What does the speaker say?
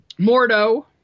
Mordo